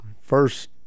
first